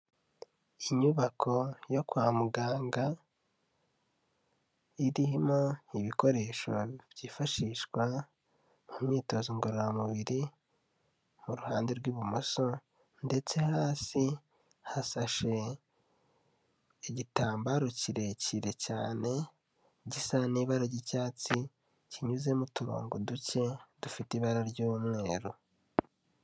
Inyubako yo kwa muganga irimo ibikoresho byifashishwa mu myitozo ngororamubiri mu ruhande rw'ibumoso, ndetse hasi hasashe igitambaro kirekire cyane gisa n'ibara ry'icyatsi, kinyuzemo uturongo duke dufite ibara ry'umweru.